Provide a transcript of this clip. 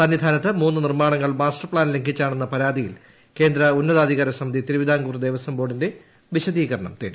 സന്നിധാനത്ത് മൂന്നു നിർമ്മാണങ്ങൾ മാസ്റ്റർ പ്ലാൻ ലംലിച്ചാണെന്ന പരാതിയിൽ കേന്ദ്ര ഉന്നതാധികാര സമിതി തിരുവിതാംകൂർ ദേവസ്വം ബോർഡിന്റെ വിശദീകരണം തേടി